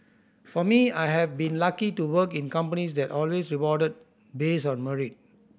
for me I have been lucky to work in companies that always rewarded based on merit